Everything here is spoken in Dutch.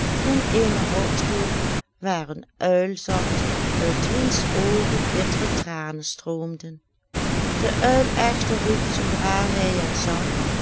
in eene rotskloof waar een uil zat uit wiens j j a goeverneur oude sprookjes oogen bittere tranen stroomden de uil echter riep zoodra hij hen zag